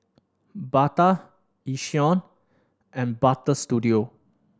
Bata Yishion and Butter Studio